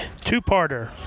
two-parter